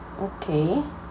okay